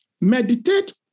Meditate